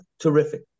Terrific